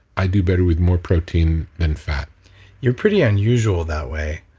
i do better with more protein than fat you're pretty unusual that way.